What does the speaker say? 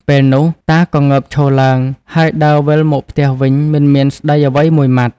ពេលនោះតាក៏ងើបឈរឡើង ហើយដើរវិលមកផ្ទះវិញមិនមានស្ដីអ្វីមួយម៉ាត់។